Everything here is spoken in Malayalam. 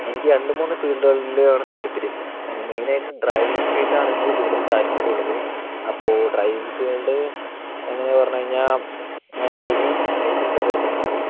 എനിക്ക് രണ്ടു മൂന്നു ഫീല്ഡുകളിലാണ് താല്പര്യം അതിനു മെയിന് ആയിട്ട് ഡ്രൈവിംഗ് ഫീല്ഡ് ആണ് എനിക്ക് കൂടുതല് താല്പര്യം ഉള്ളത് അപ്പോൾ ഡ്രൈവിംഗ് ഫീല്ഡ് എങ്ങനെയാണെന്നു പറഞ്ഞു കഴിഞ്ഞാൽ ഞാൻ ഹെവി ലൈസന്സ് ഒക്കെ എടുത്തിട്ടുണ്ട്